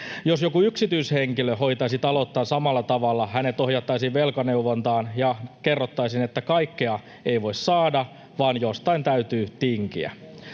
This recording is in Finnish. Jos joku yksityishenkilö hoitaisi talouttaan samalla tavalla, hänet ohjattaisiin velkaneuvontaan ja kerrottaisiin, että kaikkea ei voi saada vaan jostain täytyy tinkiä.